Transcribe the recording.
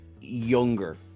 younger